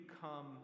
come